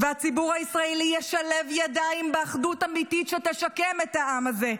והציבור הישראלי ישלב ידיים באחדות אמיתית שתשקם את העם הזה.